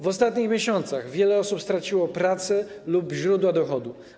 W ostatnich miesiącach wiele osób straciło pracę lub źródło dochodu.